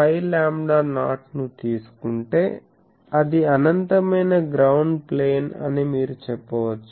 5 lambda నాట్ ను తీసుకుంటే అది అనంతమైన గ్రౌండ్ ప్లేన్ అని మీరు చెప్పవచ్చు